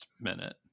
minute